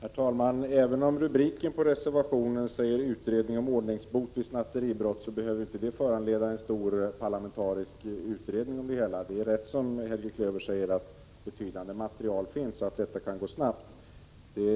Herr talman! Även om rubriken på reservation 1 lyder Utredning om ordningsbot vid snatteribrott, så behöver detta inte föranleda en stor parlamentarisk utredning om det hela. Det är riktigt som Helge Klöver säger att ett betydande material finns och att utredningen kan gå snabbt. Vi